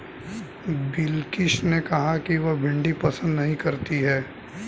बिलकिश ने कहा कि वह भिंडी पसंद नही करती है